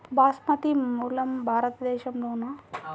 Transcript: బాస్మతి మూలం భారతదేశంలోనా?